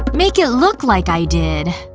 make it look like i did,